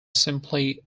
simply